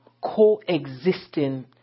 coexisting